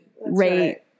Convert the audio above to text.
rate